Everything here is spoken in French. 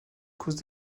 cause